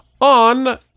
on